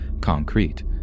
concrete